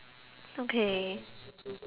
okay